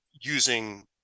using